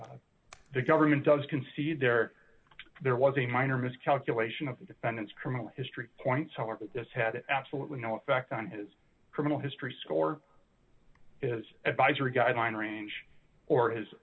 that the government does concede there was a minor miscalculation of the defendant's criminal history points however this had absolutely no effect on his criminal history score is advisory guideline range or his